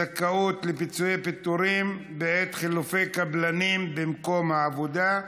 (זכאות לפיצויי פיטורים בעת חילופי קבלנים במקום העבודה),